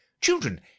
children